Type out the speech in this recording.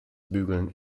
bügeln